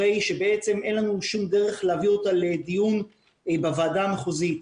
הרי שאין לנו שום דרך להביא אותה לדיון בוועדה המחוזית.